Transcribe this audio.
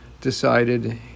decided